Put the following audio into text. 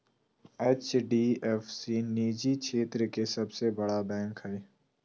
HDF सी निजी क्षेत्र के सबसे बड़ा बैंक हय